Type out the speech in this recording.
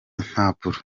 mpapuro